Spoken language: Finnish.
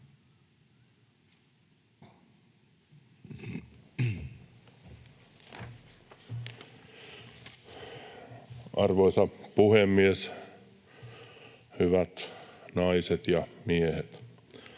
Arvoisa puhemies! Hyvät naiset ja miehet!